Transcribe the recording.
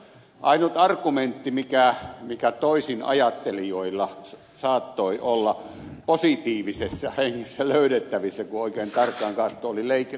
ainut argumentti mikä toisinajattelijoilla saattoi olla positiivisessa hengessä löydettävissä kun oikein tarkkaan katsoi oli liikenneturvallisuusnäkökohta